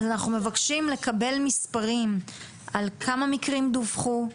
מבקשים לקבל מספרים על כמה מקרים דווחו,